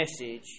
message